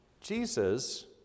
Jesus